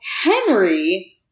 Henry